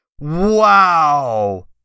Wow